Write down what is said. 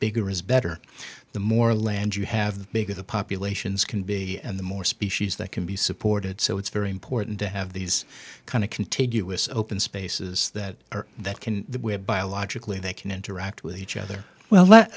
bigger is better the more land you have the bigger the populations can be and the more species that can be supported so it's very important to have these kind of contiguous open spaces that are that can biologically they can interact with each other well let